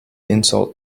insult